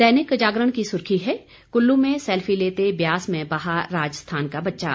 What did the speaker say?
दैनिक जागरण की सुर्खी है कुल्लू में सेल्फी लेते ब्यास में बहा राजस्थान का बच्चा